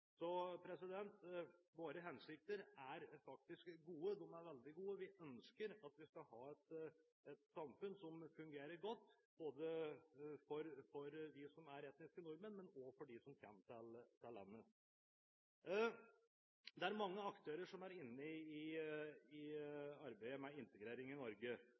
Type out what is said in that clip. Så våre hensikter er faktisk gode – de er veldig gode. Vi ønsker å ha et samfunn som fungerer godt både for oss som er etniske nordmenn, og for dem som kommer til landet. Det er mange aktører som er inne i arbeidet med integrering i Norge.